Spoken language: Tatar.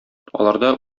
аларда